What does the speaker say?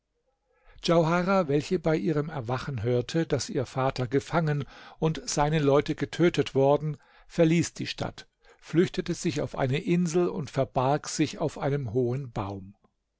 djauharah welche bei ihrem erwachen hörte daß ihr vater gefangen und seine leute getötet worden verließ die stadt flüchtete sich auf eine insel und verbarg sich auf einem hohen baum